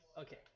okay